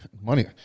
Money